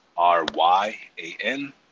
r-y-a-n